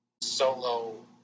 solo